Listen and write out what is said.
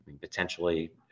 Potentially